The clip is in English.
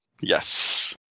Yes